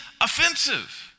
offensive